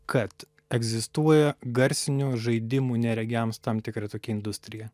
kad egzistuoja garsinių žaidimų neregiams tam tikra tokia industrija